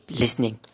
listening